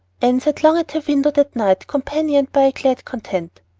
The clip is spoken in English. anne sat long at her window that night companioned by a glad content.